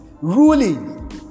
ruling